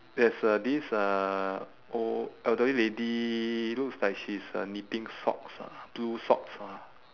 there's a this uh old elderly lady looks like she's uh knitting socks ah blue socks ah